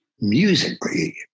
musically